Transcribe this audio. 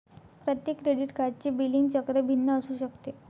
प्रत्येक क्रेडिट कार्डचे बिलिंग चक्र भिन्न असू शकते